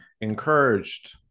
encouraged